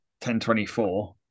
1024